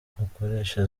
mukoresha